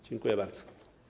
Dziękuję bardzo.